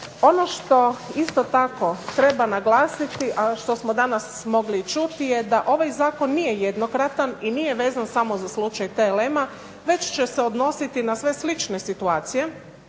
Ono što isto tako treba naglasiti, a što smo danas mogli čuti je da ovaj zakon nije jednokratan, i niije vezan samo za slučaj TLM-a, već će se odnositi na sve slične situacije,